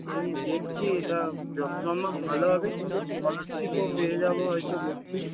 আমি দেখছি এটা যত সমম্ভব ভালো হবে কিন্তু স্কলারশিপও পেয়ে যাবো হয়তো দেখছি